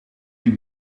you